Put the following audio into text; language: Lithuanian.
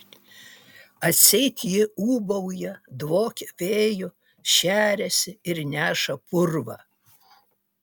atseit jie ūbauja dvokia vėju šeriasi ir neša purvą